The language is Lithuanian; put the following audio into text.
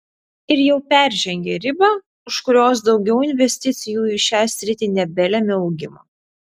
ir jau peržengė ribą už kurios daugiau investicijų į šią sritį nebelemia augimo